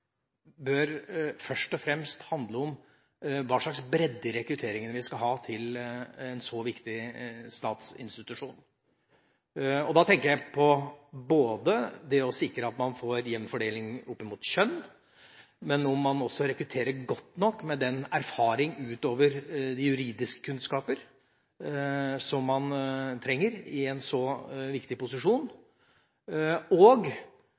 bør først og fremst handle om hva slags bredde vi skal ha i rekrutteringen til en så viktig statsinstitusjon. Da tenker jeg på både det å sikre at man får jevn fordeling med hensyn til kjønn, og at det også blir rekruttert godt nok ut fra erfaring utover de juridiske kunnskaper som man trenger i en så viktig posisjon.